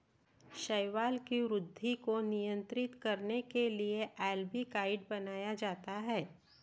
शैवाल की वृद्धि को नियंत्रित करने के लिए अल्बिकाइड बनाया जाता है